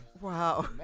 Wow